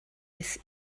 his